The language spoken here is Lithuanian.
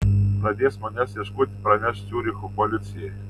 pradės manęs ieškoti praneš ciuricho policijai